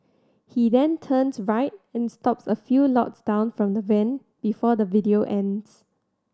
he then turns right and stops a few lots down from the van before the video ends